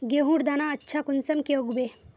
गेहूँर दाना अच्छा कुंसम के उगबे?